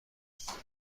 است